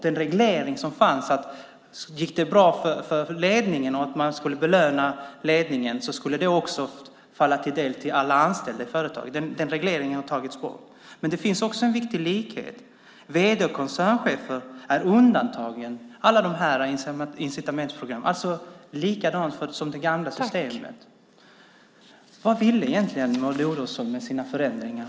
Den reglering som innebar att om det gick bra för ledningen och man skulle belöna ledningen skulle det också komma alla anställda i företaget till del har tagits bort. Men det finns också en viktig likhet. Vd:n och koncernchefen är undantagna alla de här incitamentsprogrammen. Det är likadant som i det gamla systemet. Vad vill egentligen Maud Olofsson med sina förändringar?